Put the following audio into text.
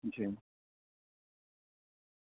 جی